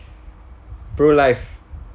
prulife